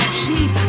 sheep